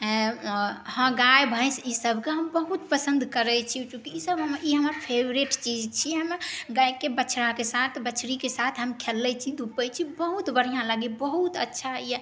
हँ गाय भैँस इसबके हम बहुत पसन्द करै छी चूँकि इसब हमर ई हमर फेवरिट चीज छी हमरा गायके बछड़ाके साथ बछड़ीके साथ हम खेलै छी धूपै छी बहुत बढ़िऑं लगैए बहुत अच्छा यऽ